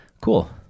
Cool